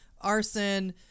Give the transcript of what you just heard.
arson